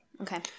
Okay